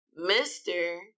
Mr